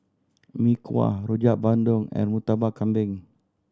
Mee Kuah Rojak Bandung and Murtabak Kambing